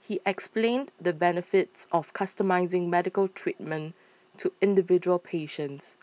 he explained the benefits of customising medical treatment to individual patients